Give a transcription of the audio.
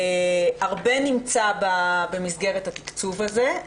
הרבה נמצא במסגרת התקצוב הזה,